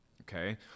okay